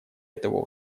этого